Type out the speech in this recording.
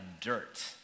dirt